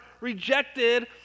rejected